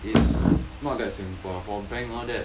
it's not that simple for bank all that